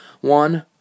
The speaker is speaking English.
One